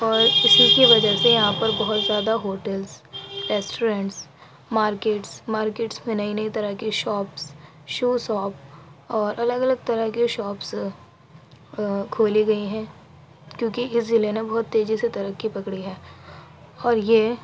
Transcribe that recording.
اور اسی کی وجہ سے یہاں پر بہت زیادہ ہوٹلس ریسٹورینٹس مارکیٹس مارکیٹس میں نئی نئی طرح كی شاپس شوز شاپ اور الگ الگ طرح کے شاپس کھولی گئی ہیں کیوں کہ اس ضلع نے بہت تیزی سے ترقی پکڑی ہے اور یہ